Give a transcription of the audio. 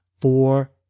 four